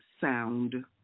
sound